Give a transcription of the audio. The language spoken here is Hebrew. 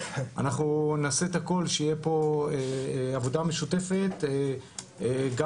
אנחנו נעשה הכל שתהיה פה עבודה משותפת גם